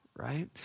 right